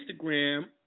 Instagram